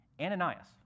Ananias